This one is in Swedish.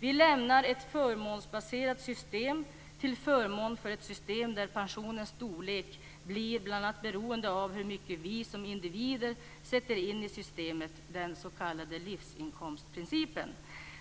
Vi lämnar ett förmånsbaserat system till förmån för ett system där pensionens storlek bl.a. blir beroende av hur mycket vi som individer sätter in i systemet, den s.k. livsinkomstprincipen.